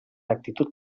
actitud